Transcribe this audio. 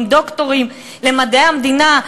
עם דוקטורים למדעי המדינה,